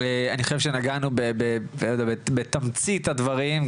אני חושב שנגענו בתמצית הדברים.